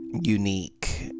Unique